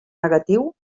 negatiu